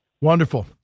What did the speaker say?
Wonderful